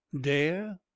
dare